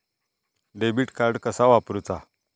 Debit card कसा वापरुचा?